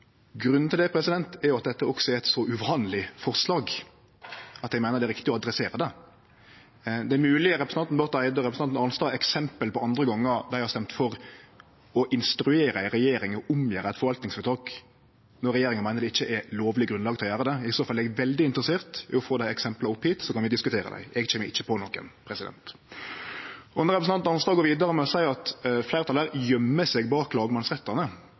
Grunnen til det er at dette er eit så uvanleg forslag at eg meiner det er riktig å adressere det. Det er mogleg representanten Barth Eide og representanten Arnstad har eksempel på andre gonger dei har stemt for å instruere ei regjering til å omgjere eit forvaltningsvedtak når regjeringa meiner det ikkje er lovleg grunnlag for å gjere det. I så fall er eg veldig interessert i å få dei eksempla opp hit, så kan vi diskutere dei. Eg kjem ikkje på nokon. Når representanten Arnstad går vidare med å seie at fleirtalet gøymer seg bak lagmannsrettane,